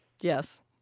Yes